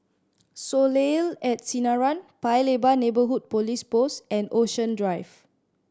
Soleil at Sinaran Paya Lebar Neighbourhood Police Post and Ocean Drive